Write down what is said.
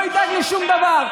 לא ידאג לשום דבר.